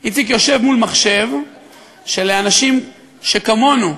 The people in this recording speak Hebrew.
איציק יושב מול מחשב שלאנשים שכמונו,